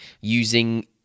using